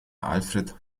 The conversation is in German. alfred